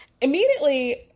immediately